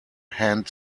hand